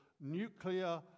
nuclear